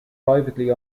privately